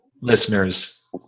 listeners